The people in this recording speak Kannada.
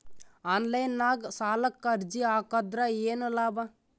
ಆನ್ಲೈನ್ ನಾಗ್ ಸಾಲಕ್ ಅರ್ಜಿ ಹಾಕದ್ರ ಏನು ಲಾಭ?